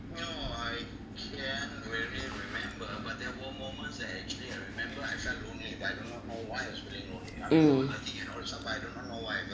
mm